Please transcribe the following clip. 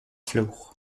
flour